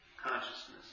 consciousness